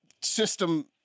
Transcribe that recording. system